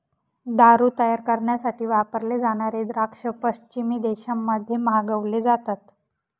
दारू तयार करण्यासाठी वापरले जाणारे द्राक्ष पश्चिमी देशांमध्ये मागवले जातात